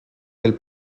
del